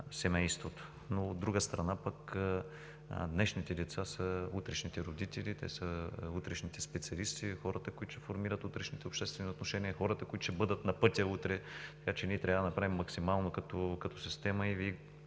От друга страна, днешните деца са утрешните родители, те са утрешните специалисти, хората, които ще формират утрешните обществени отношения, хората, които ще бъдат на пътя утре, така че ние трябва да направим максимално като система.